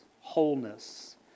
wholeness